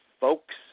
folks